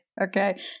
Okay